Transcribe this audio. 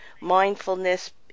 mindfulness